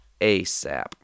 ASAP